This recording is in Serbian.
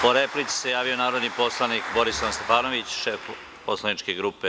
Po replici se javio narodni poslanik Borislav Stefanović, šef poslaničke grupe DS.